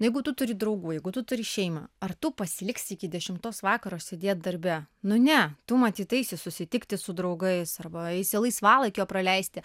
na jeigu tu turi draugų jeigu tu turi šeimą ar tu pasiliksi iki dešimtos vakaro sėdėt darbe nu ne tu matyt eisi susitikti su draugais arba eisi laisvalaikio praleisti